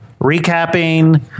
Recapping